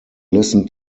listen